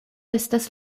estas